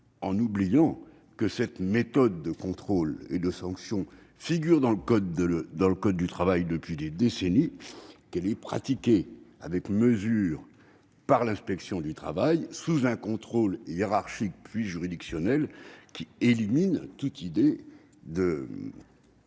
alors que cette méthode de contrôle et de sanction figure dans le code du travail depuis des décennies et qu'elle est pratiquée avec mesure par l'inspection du travail, sous un contrôle hiérarchique puis juridictionnel qui élimine tout risque